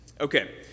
Okay